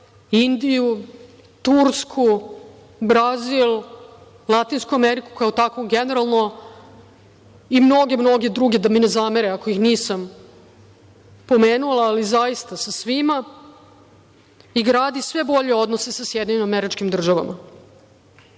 Indiju, Tursku, Brazil, Latinsku Ameriku, kao takvu generalno, i mnoge, mnoge druge, da mi ne zamere ako ih nisam pomenula, ali zaista sa svima, i gradi sve bolje odnose sa SAD.Mi ćemo nastaviti